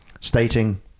stating